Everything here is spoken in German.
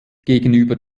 gegenüber